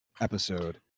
episode